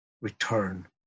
return